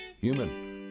human